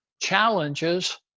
challenges